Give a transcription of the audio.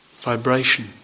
vibration